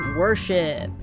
worship 。